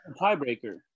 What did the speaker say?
Tiebreaker